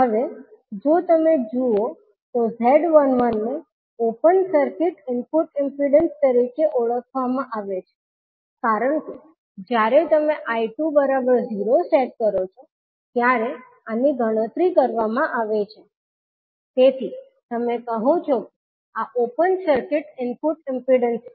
હવે જો તમે જુઓ તો 𝐳11 ને ઓપન સર્કિટ ઇનપુટ ઇમ્પિડન્સ તરીકે ઓળખવામાં આવે છે કારણ કે જ્યારે તમે 𝐈2 0 સેટ કરો છો ત્યારે આની ગણતરી કરવામાં આવે છે તેથી તમે કહો છો કે આ ઓપન સર્કિટ ઇનપુટ ઇમ્પિડન્સ છે